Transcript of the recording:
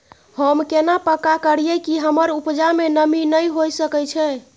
हम केना पक्का करियै कि हमर उपजा में नमी नय होय सके छै?